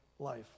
life